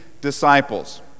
disciples